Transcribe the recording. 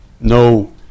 no